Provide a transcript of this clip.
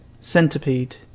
Centipede